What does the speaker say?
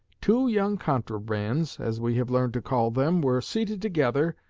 two young contrabands, as we have learned to call them, were seated together,